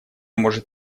может